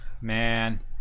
Man